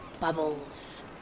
bubbles